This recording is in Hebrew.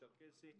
צ'רקסי.